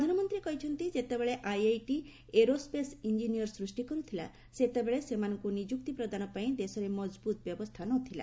ପ୍ରଧାନମନ୍ତ୍ରୀ କହିଛନ୍ତି ଯେତେବେଳେ ଆଇଆଇଟି ଏରୋସ୍କେଶ୍ ଇଞ୍ଜିନିୟର ସୃଷ୍ଟି କରୁଥିଲା ସେତେବେଳେ ସେମାନଙ୍କୁ ନିଯୁକ୍ତି ପ୍ରଦାନ ପାଇଁ ଦେଶରେ ମଜବୁତ୍ ବ୍ୟବସ୍ଥା ନ ଥିଲା